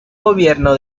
gobierno